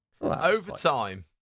Overtime